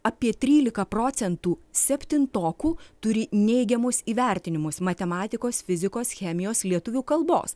apie trylika procentų septintokų turi neigiamus įvertinimus matematikos fizikos chemijos lietuvių kalbos